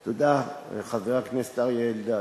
תודה, חבר הכנסת אריה אלדד.